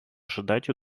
ожидать